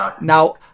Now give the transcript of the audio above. Now